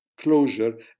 closure